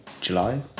July